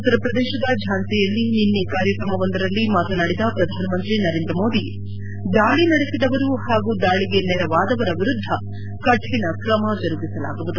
ಉತ್ತರ ಪ್ರದೇಶದ ಝಾನ್ಸಿಯಲ್ಲಿ ನಿನ್ನೆ ಕಾರ್ಯಕ್ರಮವೊಂದರಲ್ಲಿ ಮಾತನಾಡಿದ ಪ್ರಧಾನ ಮಂತ್ರಿ ನರೇಂದ್ರ ಮೋದಿ ದಾಳಿ ನಡೆಸಿದವರು ಹಾಗೂ ದಾಳಿಗೆ ನೆರವಾದವರ ವಿರುದ್ಲ ಕಠಿಣ ಕ್ರಮ ಜರುಗಿಸಲಾಗುವುದು